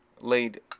laid